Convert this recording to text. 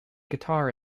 guitar